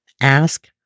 Ask